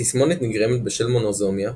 התסמונת נגרמת בשל מונוזומיה,